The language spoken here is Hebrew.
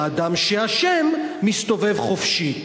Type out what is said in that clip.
שאדם שאשם מסתובב חופשי.